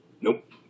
Nope